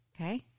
Okay